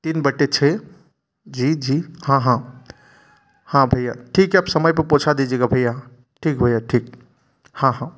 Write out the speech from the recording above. तीन बटा छः जी जी हाँ हाँ हाँ भैया ठीक है आप समय पे पहुंचा दीजिएगा भैया ठीक भैया ठीक हाँ हाँ